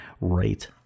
right